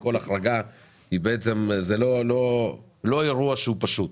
כל החרגה היא לא אירוע פשוט.